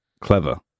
clever